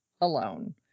alone